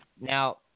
now